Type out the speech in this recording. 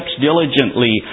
diligently